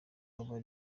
abo